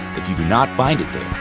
if you do not find it there,